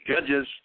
Judges